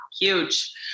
huge